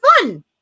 fun